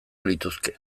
lituzke